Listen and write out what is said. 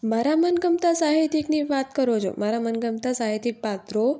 મારાં મનગમતા સાહિત્યિકની વાત કરો જો મારાં મનગમતાં સાહિત્યિક પાત્રો